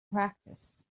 practice